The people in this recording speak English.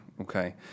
okay